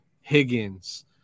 Higgins